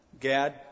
Gad